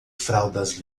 fraldas